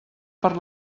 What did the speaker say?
per